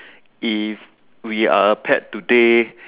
if we are a pet today